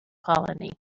colony